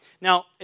Now